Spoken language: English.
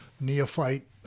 neophyte